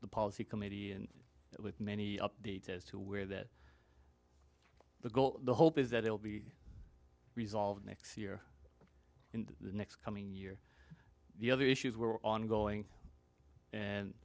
the policy committee and many update as to where that the goal the hope is that it'll be resolved next year in the next coming year the other issues were ongoing and